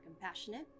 compassionate